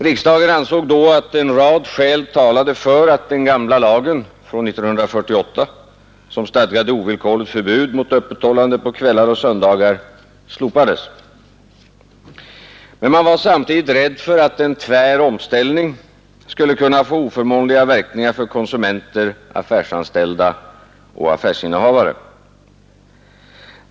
Riksdagen ansåg då att en rad skäl talade för att den gamla lagen från 1948, som stadgade ovillkorligt förbud mot öppethållande på kvällar och söndagar, slopades. Men man var samtidigt rädd för att en tvär omställning skulle kunna få oförmånliga verkningar för konsumenter, affärsanställda och affärsinnehavare.